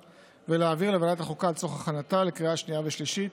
ולהעבירה לוועדת חוקה לצורך הכנתה לקריאה שנייה ושלישית.